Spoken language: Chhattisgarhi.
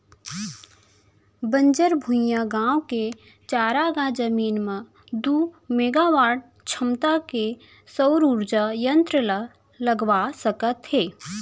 बंजर भुइंयाय गाँव के चारागाह जमीन म दू मेगावाट छमता के सउर उरजा संयत्र ल लगवा सकत हे